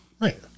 Right